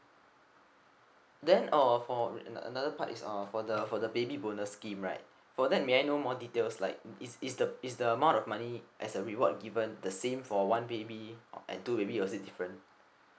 then uh for another part is uh for the for the baby bonus scheme right for that may I know more details like is is the is the amount of money as a reward given the same for one baby and two baby or is it different